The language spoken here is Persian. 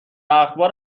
اخبار